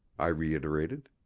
i reiterated.